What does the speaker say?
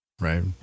Right